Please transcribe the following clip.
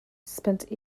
spent